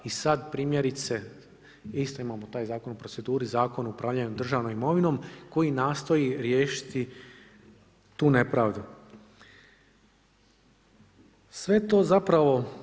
I sada primjerice isto imamo taj zakon u proceduri, Zakon o upravljanju državnom imovinom koji nastoji riješiti tu nepravdu.